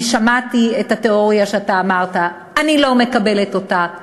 אני שמעתי את התיאוריה שאמרת, אני לא מקבלת אותה.